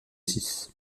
six